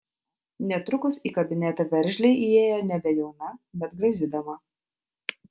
netrukus į kabinetą veržliai įėjo nebejauna bet graži dama